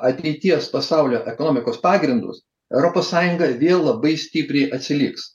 ateities pasaulio ekonomikos pagrindus europos sąjunga vėl labai stipriai atsiliks